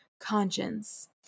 conscience